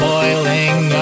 Boiling